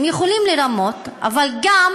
נכון, הם יכולים לרמות, אבל לא